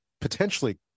potentially